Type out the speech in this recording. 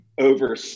over